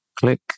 click